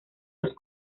los